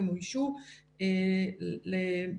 בבתי החולים הממשלתיים הדברים יותר מסודרים,